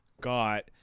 got